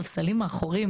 הסבר,